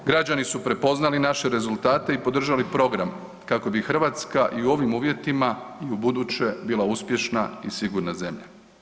Građani su prepoznali naše rezultate i podržali program kako bi Hrvatska i u ovim uvjetima i u buduće bila uspješna i sigurna zemlja.